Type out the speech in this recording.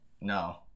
No